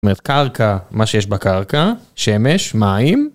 זאת אומרת קרקע, מה שיש בקרקע, שמש, מים